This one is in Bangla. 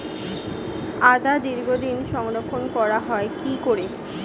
আদা দীর্ঘদিন সংরক্ষণ করা হয় কি করে?